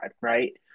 right